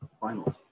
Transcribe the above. finals